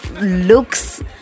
looks